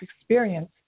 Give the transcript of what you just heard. experience